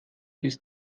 ist